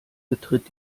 betritt